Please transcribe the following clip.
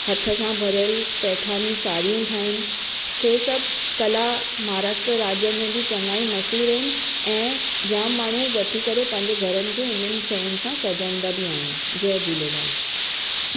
हथ सां भरियल पैठानी साड़ियूं ठाहिनि इहे सभु कला महाराष्ट्र राज्य में बि चङाई मशहूर आहिनि ऐं जाम माण्हू वठी करे पंहिंजे घरनि खे इन्हनि शयुनि सां सजाईंदा बि आहिनि जय झूलेलाल